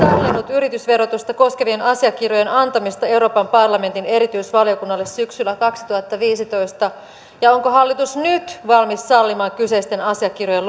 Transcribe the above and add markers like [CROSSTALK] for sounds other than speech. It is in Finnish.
yritysverotusta koskevien asiakirjojen antamista euroopan parlamentin erityisvaliokunnalle syksyllä kaksituhattaviisitoista ja onko hallitus nyt valmis sallimaan kyseisten asiakirjojen [UNINTELLIGIBLE]